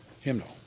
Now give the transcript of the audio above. hymnal